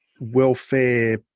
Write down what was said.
welfare